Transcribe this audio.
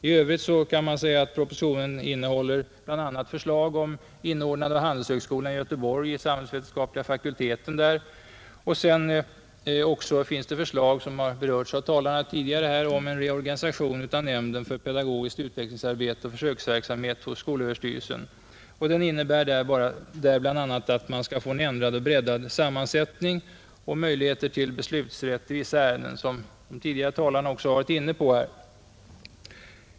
I övrigt innehåller propositionen bl.a. förslag om inordnande av handelshögskolan i Göteborg i den samhällsvetenskapliga fakulteten vid Göteborgs universitet och, såsom berörts av tidigare talare, förslag om en reorganisation av nämnden för pedagogiskt utvecklingsarbete och försöksverksamhet inom skolöverstyrelsen, som innebär bl.a. en ändrad och breddad sammansättning och möjligheter till beslutsrätt i vissa ärenden, såsom de tidigare talarna också varit inne på.